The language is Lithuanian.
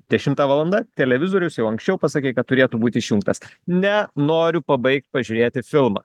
dešimta valanda televizorius jau anksčiau pasakei kad turėtų būt išjungtas ne noriu pabaigt pažiūrėti filmą